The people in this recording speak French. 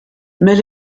mais